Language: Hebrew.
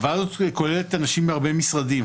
הוועדה הזאת כוללת אנשים מהרבה משרדים,